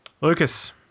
Lucas